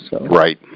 Right